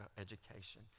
education